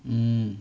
mm